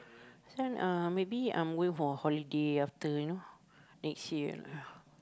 this one ah maybe I'm going for holiday after you know next year